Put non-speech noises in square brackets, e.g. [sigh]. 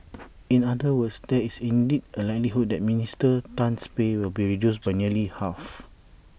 [noise] in other words there is indeed A likelihood that Minister Tan's pay will be reduced by nearly half